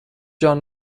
جان